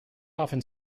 often